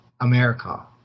America